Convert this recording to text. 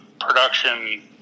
production